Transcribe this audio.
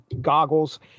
goggles